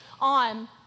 on